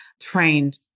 trained